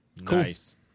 Nice